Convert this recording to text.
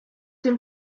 dem